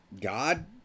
God